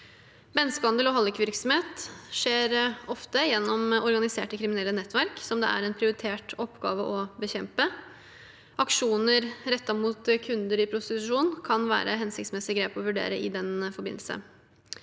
Menneskehandel og hallikvirksomhet skjer ofte gjennom organiserte kriminelle nettverk, som det er en prioritert oppgave å bekjempe. Aksjoner rettet mot kunder i prostitusjon kan være hensiktsmessige grep å vurdere i den forbindelse.